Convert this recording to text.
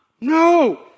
No